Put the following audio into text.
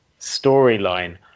storyline